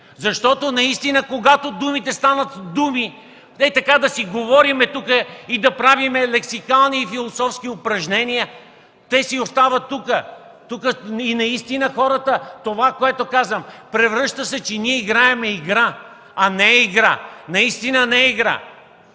Защото наистина, когато думите станат думи – да си говорим тук и да правим лексикални философски упражнения, те си остават тук. И наистина пред хората ние се превръщаме че играем игра. А не е игра. Наистина не е игра.